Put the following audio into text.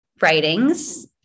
writings